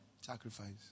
Sacrifice